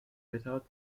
without